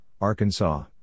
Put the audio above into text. Arkansas